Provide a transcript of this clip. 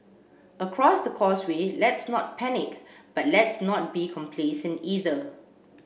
across the causeway let's not panic but let's not be complacent either